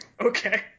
Okay